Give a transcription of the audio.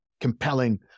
compelling